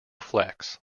flex